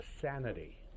sanity